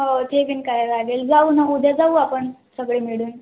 हो ते बीन करा लागेल जाऊ ना उद्या जाऊ आपण सगळे मिळून